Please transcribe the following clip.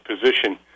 position